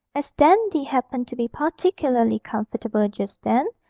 as dandy happened to be particularly comfortable just then,